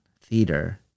Theater